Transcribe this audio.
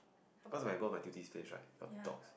cause if I go my tutee's place right got dogs